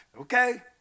Okay